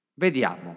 Vediamo